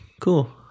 Cool